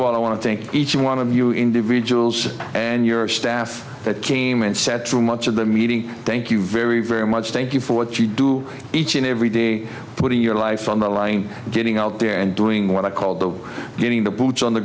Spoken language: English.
all i want to thank each one of you individuals and your staff that came and sat through much of the meeting thank you very very much thank you for what you do each and every day putting your life on the line getting out there and doing what i call the getting the boots on the